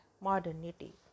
Modernity